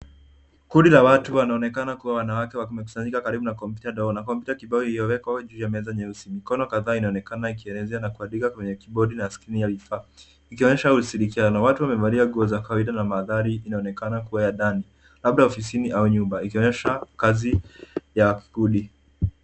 Kundi la watu wanaonekana kuwa wanawake wamekusanyika karibu na kompyuta ndogo na kompyuta kibao iliyowekwa juu ya meza nyeusi. Mikono kadhaa inaonekana ikielezea na kuandika kwenye kibodi na skrini ya vifaa ikionyesha ushirikiano. Watu wamevalia nguo za kawaida na mandhari inaonekana kuwa ya ndani labda ofisini au nyumba ikionyesha kazi ya kundi.